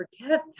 forget